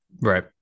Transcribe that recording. Right